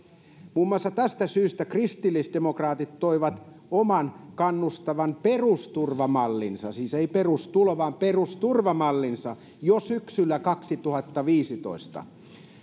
muun muassa tästä syystä kristillisdemokraatit toivat oman kannustavan perusturvamallinsa siis ei perustulo vaan perusturvamallinsa jo syksyllä kaksituhattaviisitoista